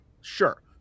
Sure